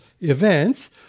events